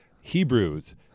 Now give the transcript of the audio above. Hebrews